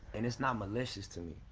and it's not malicious to me.